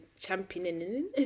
championing